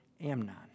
Amnon